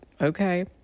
okay